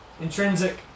Intrinsic